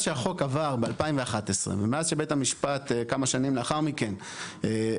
שהחוק עבר ב-2011 ומאז שבית המשפט כמה שנים לאחר מכן הכריע,